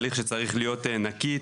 הליך שצריך להיות נקי,